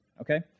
okay